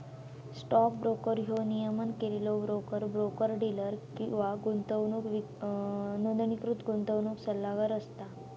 stock broker ह्यो नियमन केलेलो ब्रोकर, ब्रोकर डीलर किंवा नोंदणीकृत गुंतवणूक सल्लागार असता